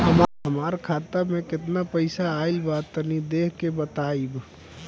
हमार खाता मे केतना पईसा आइल बा तनि देख के बतईब?